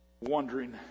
wondering